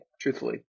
Truthfully